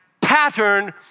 pattern